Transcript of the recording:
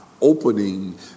opening